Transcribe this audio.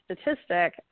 statistic